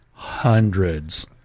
hundreds